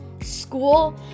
School